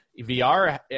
VR